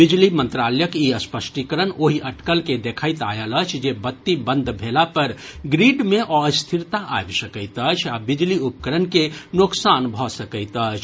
बिजली मंत्रालयक ई स्पष्टीकरण ओहि अटकल के देखैत आयल अछि जे बत्ती बंद भेला पर ग्रिड मे अस्थिरता आबि सकैत अछि आ बिजली उपकरण के नोकसान भऽ सकैत अछि